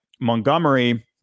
Montgomery